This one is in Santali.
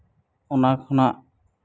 ᱚᱱᱟ ᱠᱷᱚᱱᱟᱜ